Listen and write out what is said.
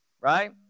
Right